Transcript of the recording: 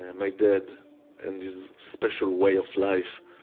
and my dad and his special way of life.